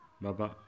Baba